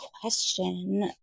question